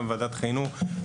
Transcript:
גם בוועדת חינוך,